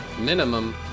minimum